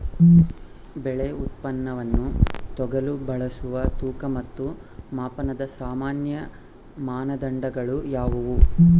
ಬೆಳೆ ಉತ್ಪನ್ನವನ್ನು ತೂಗಲು ಬಳಸುವ ತೂಕ ಮತ್ತು ಮಾಪನದ ಸಾಮಾನ್ಯ ಮಾನದಂಡಗಳು ಯಾವುವು?